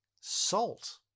Salt